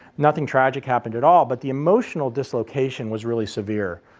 nothing tragic happened at all, but the emotional dislocation was really severe.